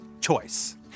choice